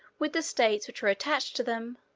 with the states which were attached to them,